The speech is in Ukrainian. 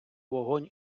вогонь